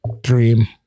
dream